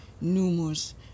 numerous